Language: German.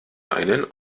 einen